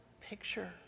picture